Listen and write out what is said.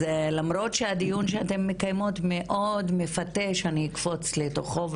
אז למרות שהדיון שאתן מפתחות פה מאוד מפתה אותי להיכנס לתוכו,